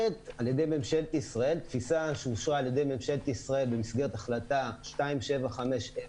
על-ידי ממשלת ישראל במסגרת החלטה 2750,